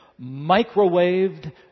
Microwaved